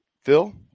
Phil